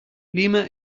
lima